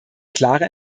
klare